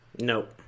Nope